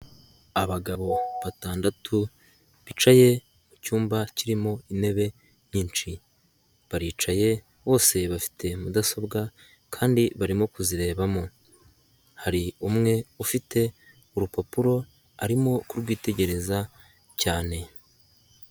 Abagabo batandatu bicaye mu cyumba kirimo intebe nyinshi. Baricaye bose bafite mudasobwa kandi barimo kuzirebamo .Hari umwe ufite urupapuro arimo kurwitegereza cyane.